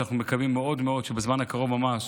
שאנחנו מקווים מאוד מאוד שבזמן הקרוב ממש